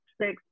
Six